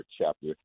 chapter